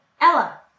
Ella